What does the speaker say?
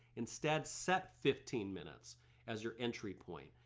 instead, set fifteen minutes as your entry point,